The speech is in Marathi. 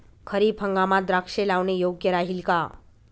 खरीप हंगामात द्राक्षे लावणे योग्य राहिल का?